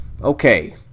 Okay